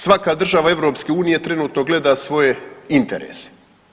Svaka država EU trenutno gleda svoje interese.